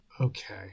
Okay